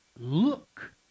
look